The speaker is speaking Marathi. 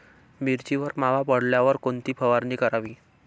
मिरचीवर मावा पडल्यावर कोणती फवारणी करावी?